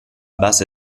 base